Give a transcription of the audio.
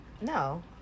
No